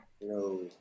No